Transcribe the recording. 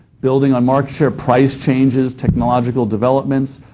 building on market share, price changes, technological developments,